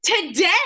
today